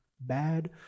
bad